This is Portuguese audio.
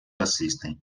assistem